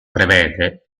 prevede